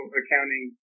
accounting